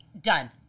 done